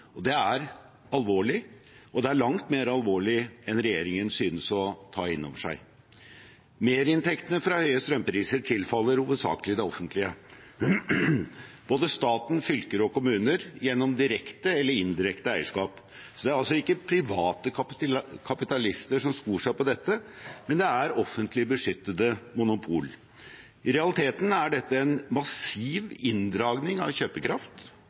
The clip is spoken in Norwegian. og drivstoff. Det er alvorlig, og det er langt mer alvorlig enn regjeringen synes å ta inn over seg. Merinntektene fra høye strømpriser tilfaller hovedsakelig det offentlige, både staten, fylker og kommuner, gjennom direkte eller indirekte eierskap. Det er altså ikke private kapitalister som skor seg på dette, men offentlige, beskyttede monopol. I realiteten er dette en massiv inndragning av kjøpekraft